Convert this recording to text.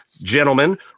gentlemen